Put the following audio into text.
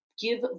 give